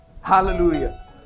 Hallelujah